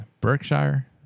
Berkshire